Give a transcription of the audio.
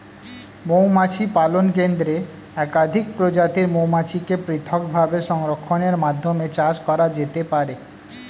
মৌমাছি পালন কেন্দ্রে একাধিক প্রজাতির মৌমাছিকে পৃথকভাবে সংরক্ষণের মাধ্যমে চাষ করা যেতে পারে